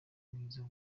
mwiza